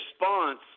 response